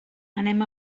anem